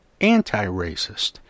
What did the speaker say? anti-racist